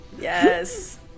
Yes